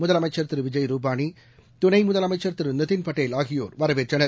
முதலமைச்சா் திருவிஜய் ரூபானி துணைமுதலமைச்சர் திருநிதின் படேல் ஆகியோர் வரவேற்றனர்